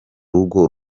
rugo